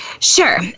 Sure